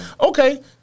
Okay